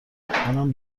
منم